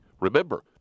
Remember